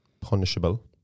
Punishable